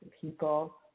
people